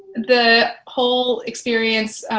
the whole experience